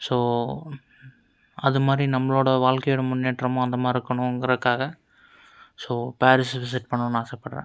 so அதுமாதிரி நம்பளோடய வாழ்க்கையில் முன்னேற்றம் அந்தமாதிரி இருக்கணும்கிறக்காக ஸோ பாரிஸ் விசிட் பண்ணணுன்னு ஆசைப்பட்றேன்